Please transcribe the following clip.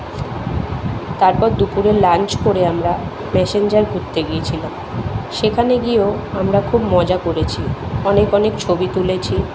তারপর দুপুরের লাঞ্চ করে আমরা ম্যাসেঞ্জার ঘুরতে গিয়েছিলাম সেখানে গিয়েও আমরা খুব মজা করেছি অনেক অনেক ছবি তুলেছি